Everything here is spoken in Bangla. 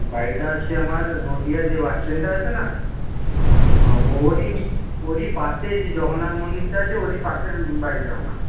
বাড়িটা হচ্ছে আমার নদীয়া যে বাস স্ট্যান্ডটা আছে না ওরই ওরই পাশে যে জগন্নাথ মন্দিরটা আছে ওরই পাশের বাড়িটা আমার